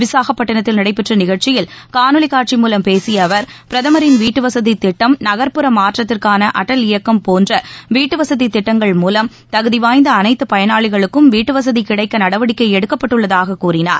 விசாகப்பட்டினத்தில் நடைபெற்ற நிகழ்ச்சியில் காணொலி காட்சி மூலம் பேசிய அவர் பிரதமரின் வீட்டு வசதி திட்டம் நகர்ப்புற மாற்றத்திற்கான அடல் இயக்கம் போன்ற வீட்டு வசதி திட்டங்கள் மூலம் தகுதி வாய்ந்த அனைத்து பயனாளிகளுக்கும் வீட்டு வசதி கிடைக்க நடவடிக்கை எடுக்கப்பட்டுள்ளதாக கூறினார்